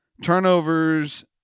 Turnovers